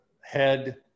head